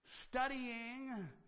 studying